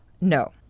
No